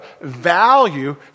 value